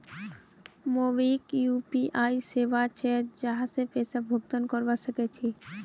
MobiKwik UPI सेवा छे जहासे पैसा भुगतान करवा सक छी